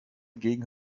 gegen